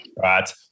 Right